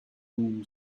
room